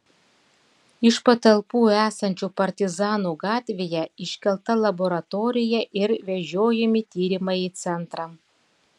iš patalpų esančių partizanų gatvėje iškelta laboratorija ir vežiojami tyrimai į centrą